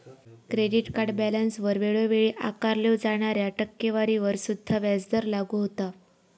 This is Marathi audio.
क्रेडिट कार्ड बॅलन्सवर वेळोवेळी आकारल्यो जाणाऱ्या टक्केवारीवर सुद्धा व्याजदर लागू होता